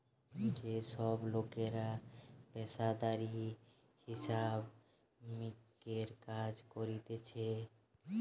যে সব লোকরা পেশাদারি হিসাব মিক্সের কাজ করতিছে